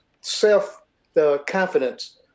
self-confidence